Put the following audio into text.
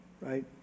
right